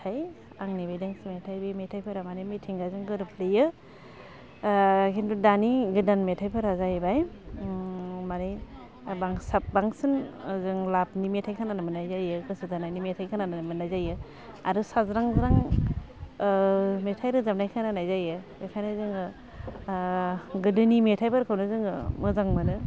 मेथाइ आंनि बे दोंसे बे मेथाइ बे मेथाइफोरा माने मिथिंगाजों गोरोबफ्लेयो खिन्थु दानि गोदान मेथाइफोरा जाहैबाय मारै बांसिन जों लाभनि मेथाइ खोनानो मोननाय जायो गोसो थोनायनि मेथाइ खोनानो मोननाय जायो आरो साज्रा ज्रां मेथाइ रोजाबनाय खोनानाय जायो बेखायनो जोङो गोदोनि मेथाइफोरखौनो जोङो मोजां मोनो